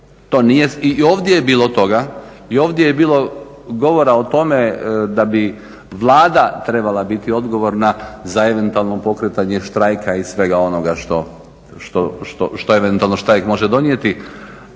I ovdje bilo toga i ovdje je bilo govora o tome da bi Vlada trebala biti odgovorna za eventualno pokretanje štrajka i svega onoga što eventualno može donijeti.